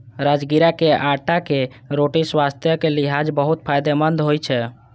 राजगिरा के आटाक रोटी स्वास्थ्यक लिहाज बहुत फायदेमंद होइ छै